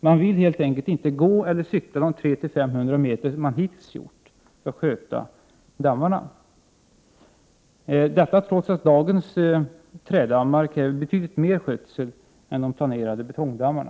Man vill helt enkelt inte gå eller cykla de 300-500 meter som man hittills har gjort för att sköta dammarna, detta trots att dagens trädammar kräver betydligt mer skötsel än de planerade betongdammarna.